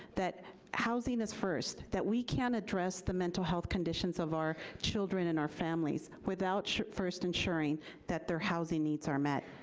that housing is first, that we can't address the mental health conditions of our children and our families without first ensuring that their housing needs are met.